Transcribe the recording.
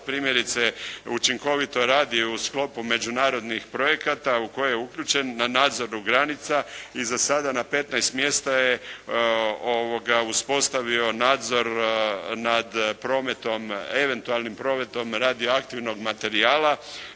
učinkovito radi u sklopu međunarodnih projekata u koje je uključen na nadzoru granica i za sada na 15 mjesta je uspostavio nadzor nad prometom, eventualnim prometom radioaktivnog materijala